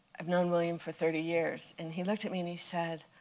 i've known william for thirty years. and he looked at me and he said,